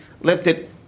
lifted